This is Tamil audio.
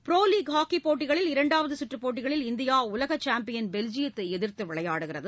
ப்ரோலீக் ஹாக்கி போட்டிகளில் இரண்டாவது சுற்று போட்டிகளில் இந்தியா உலக சாம்பியன் பெல்ஜியத்தை எதிர்த்து விளையாடுகிறது